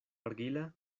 argila